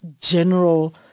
general